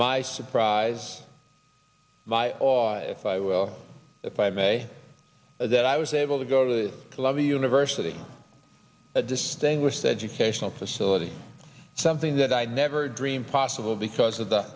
by surprise by all if i will if i may that i was able to go to columbia university a distinguished educational facility something that i never dreamed possible because of the